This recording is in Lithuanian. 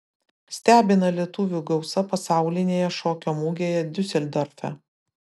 stebina lietuvių gausa pasaulinėje šokio mugėje diuseldorfe